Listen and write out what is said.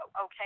okay